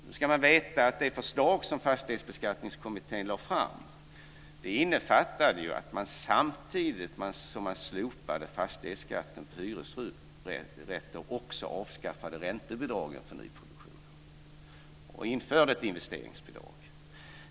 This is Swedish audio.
Nu ska man veta att det förslag som Fastighetsbeskattningskommittén lade fram innefattade att man, samtidigt som man slopade fastighetsskatten på hyresrätter, också avskaffade räntebidragen för nyproduktion och införde ett investeringsbidrag.